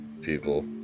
people